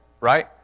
Right